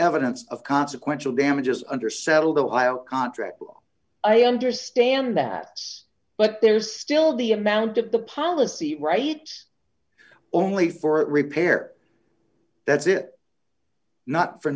evidence of consequential damages under settle the high oil contract i understand that but there's still the amount of the policy right only for a repair that's it not for